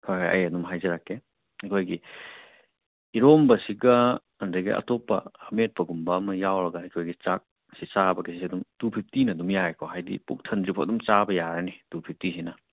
ꯍꯣꯏ ꯍꯣꯏ ꯑꯩ ꯑꯗꯨꯝ ꯍꯥꯏꯖꯔꯛꯀꯦ ꯑꯩꯈꯣꯏꯒꯤ ꯏꯔꯣꯟꯕꯁꯤꯒ ꯑꯗꯨꯗꯒꯤ ꯑꯇꯣꯞꯄ ꯑꯃꯦꯠꯄꯒꯨꯝꯕ ꯑꯃ ꯌꯥꯎꯔꯒ ꯑꯩꯈꯣꯏꯒꯤ ꯆꯥꯛꯁꯤ ꯆꯥꯕꯗꯤ ꯑꯗꯨꯝ ꯇꯨ ꯐꯤꯞꯇꯤꯅ ꯑꯗꯨꯝ ꯌꯥꯏꯀꯣ ꯍꯥꯏꯗꯤ ꯄꯨꯛ ꯊꯟꯗ꯭ꯔꯤꯐꯥꯎ ꯑꯗꯨꯝ ꯆꯥꯕ ꯌꯥꯔꯅꯤ ꯇꯨ ꯐꯤꯞꯇꯤꯁꯤꯅ